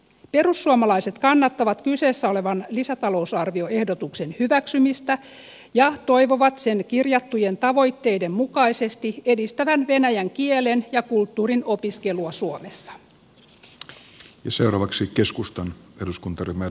perussuomalaiset kannattavat kyseessä olevan lisätalousarvioehdotuksen hyväksymistä ja toivovat sen kirjattujen tavoitteiden mukaisesti edistävän venäjän kielen ja kulttuurin opiskelua suomessa